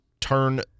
turn